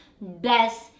best